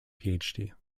phd